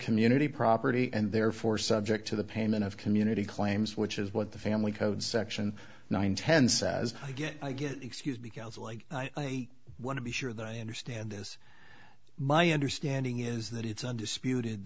community property and therefore subject to the payment of community claims which is what the family code section nine ten says i guess i get excused because like i want to be sure that i understand this my understanding is that it's undisputed